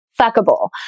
fuckable